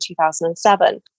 2007